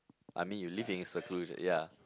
I mean you live in seclusion ya